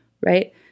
right